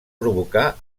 provocar